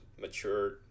mature